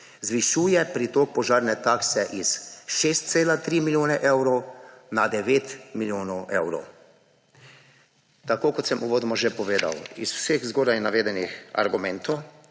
zvišuje pritok požarne takse s 6,3 milijona evrov na 9 milijonov evrov. Tako kot sem uvodoma že povedal, iz vseh zgoraj navedenih argumentov